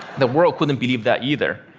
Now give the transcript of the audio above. the world couldn't and believe that either.